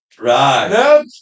Right